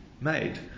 made